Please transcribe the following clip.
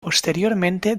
posteriormente